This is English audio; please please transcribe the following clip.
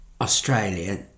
Australia